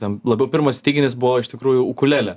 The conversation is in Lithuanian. ten labiau pirmas styginis buvo iš tikrųjų ukulelė